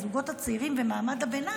הזוגות הצעירים ומעמד הביניים,